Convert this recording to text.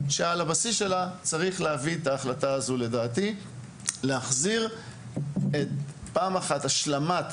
בסיס אותה החלטת ממשלה יחזירו את השלמת